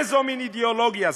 איזו מין אידיאולוגיה זו?